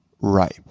Ripe